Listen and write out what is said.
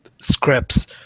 scripts